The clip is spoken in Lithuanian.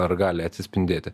ar gali atsispindėti